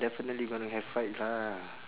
definitely gonna have fights lah